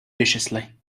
viciously